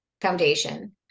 foundation